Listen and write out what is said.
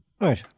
Right